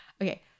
okay